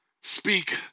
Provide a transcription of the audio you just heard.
speak